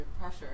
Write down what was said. pressure